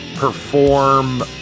Perform